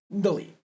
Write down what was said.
Delete